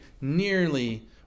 nearly